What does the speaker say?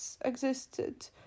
existed